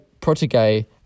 protege